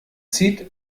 zieht